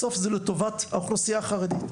בסוף זה לטובת האוכלוסייה החרדית.